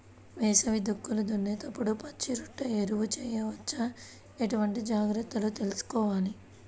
వేసవి దుక్కులు దున్నేప్పుడు పచ్చిరొట్ట ఎరువు వేయవచ్చా? ఎటువంటి జాగ్రత్తలు తీసుకోవాలి?